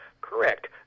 Correct